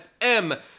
FM